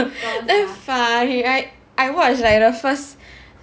damn funny like I watch like the first